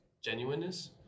genuineness